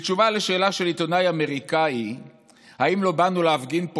בתשובה על שאלה של עיתונאי אמריקני אם לא באנו להפגין פה